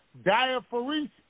diaphoresis